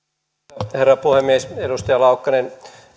arvoisa herra puhemies edustaja laukkanen